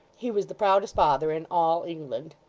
he was the proudest father in all england.